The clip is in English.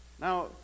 Now